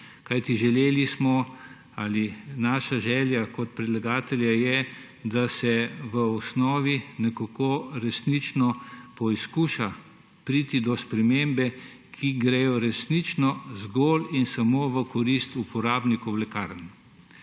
Kajti želeli smo ali naša želja kot predlagatelja je, da se v osnovi nekako resnično poskuša priti do spremembe, ki gredo resnično zgolj in samo v korist uporabnikov lekarn.